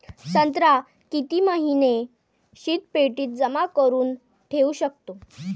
संत्रा किती महिने शीतपेटीत जमा करुन ठेऊ शकतो?